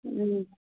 हूँ